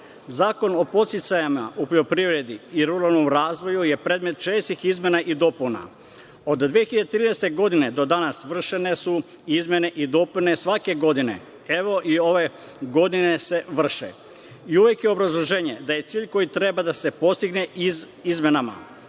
Zakon o podsticajima u poljoprivredi i ruralnom razvoju je predmet česti izmena i dopuna. Od 2013. godine do danas vršene su izmene i dopune i svake godine, evo, i ove godine se vrše. Uvek je obrazloženje da je cilj koji treba da se postigne izmenama